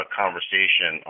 conversation